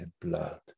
blood